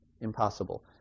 impossible